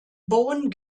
bowen